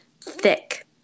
thick